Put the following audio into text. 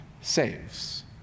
saves